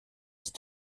ist